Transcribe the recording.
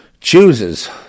chooses